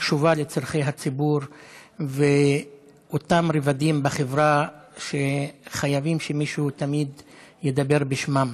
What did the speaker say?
הקשובה לצורכי הציבור ואותם רבדים בחברה שחייבים שמישהו תמיד ידבר בשמם.